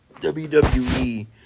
WWE